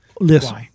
Listen